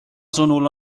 sõnul